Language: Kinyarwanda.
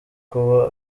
kuba